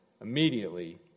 immediately